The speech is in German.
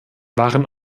waren